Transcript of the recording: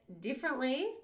differently